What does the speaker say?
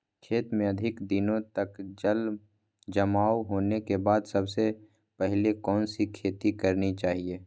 खेत में अधिक दिनों तक जल जमाओ होने के बाद सबसे पहली कौन सी खेती करनी चाहिए?